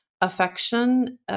affection